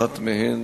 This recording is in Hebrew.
אחת מהן